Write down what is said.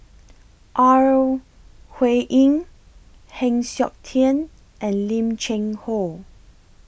Ore Huiying Heng Siok Tian and Lim Cheng Hoe